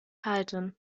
halten